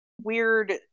weird